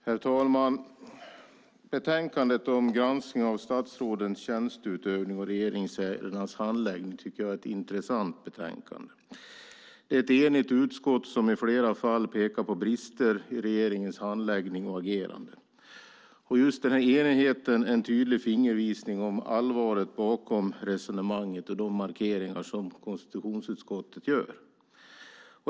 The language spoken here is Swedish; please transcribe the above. Herr talman! Betänkandet om granskning av statsrådens tjänsteutövning och regeringsärendenas handläggning är ett intressant betänkande. Ett enigt utskott pekar på brister i regeringens handläggning och agerande i flera fall. Enigheten är en tydlig fingervisning om allvaret bakom resonemanget och de markeringar som konstitutionsutskottet gör.